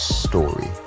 story